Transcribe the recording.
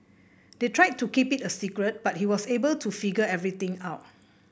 they tried to keep it a secret but he was able to figure everything out